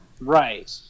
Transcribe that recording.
right